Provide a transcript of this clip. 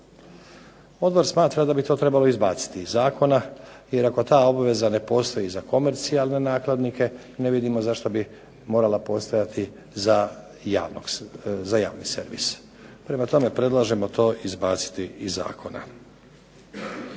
Odbor smatra da bi to trebalo izbaciti iz zakona jer ako ta obveza ne postoji za komercijalne nakladnike, ne vidim razlog zašto bi morala postojati za javni servis. Prema tome, predlažemo to izbaciti iz Zakona.